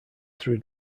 through